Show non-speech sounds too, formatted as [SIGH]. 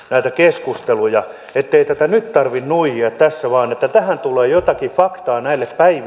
[UNINTELLIGIBLE] näitä keskusteluja ettei tätä nyt tarvitse nuijia vaan että tulee jotakin faktaa näistä päivistä koska tämä